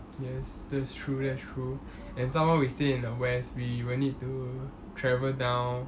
yes that's true that's true and some more we stay in the west we will need to travel down